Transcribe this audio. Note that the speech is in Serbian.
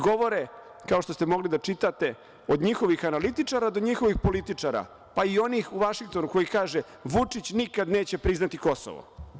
Govore, kao što ste mogli da čitate od njihovih analitičara, do njihovih političara, pa i onih u Vašingtonu koji kažu – Vučić nikad neće priznati Kosovo.